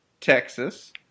Texas